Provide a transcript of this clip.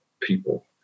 people